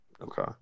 Okay